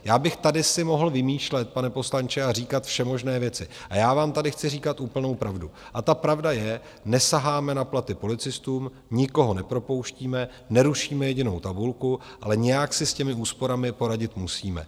Já bych tady si mohl vymýšlet, pane poslanče, a říkat všemožné věci, a já vám tady chci říkat úplnou pravdu a ta pravda je: nesaháme na platy policistům, nikoho nepropouštíme, nerušíme jedinou tabulku, ale nějak si s těmi úsporami poradit musíme.